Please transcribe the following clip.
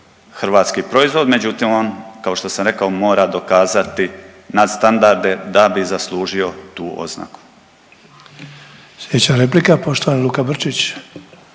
hrvatski proizvod, međutim on kao što sam rekao mora dokazati nadstandarde da bi zaslužio tu oznaku.